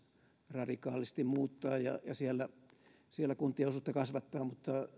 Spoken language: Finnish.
radikaalisti muuttaa ja siellä siellä kuntien osuutta kasvattaa mutta